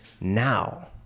now